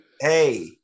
Hey